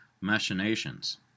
machinations